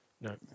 No